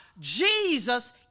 Jesus